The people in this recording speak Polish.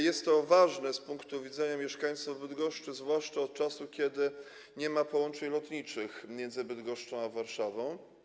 Jest to ważne z punktu widzenia mieszkańców Bydgoszczy, zwłaszcza od czasu kiedy nie ma połączeń lotniczych między Bydgoszczą a Warszawą.